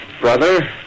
brother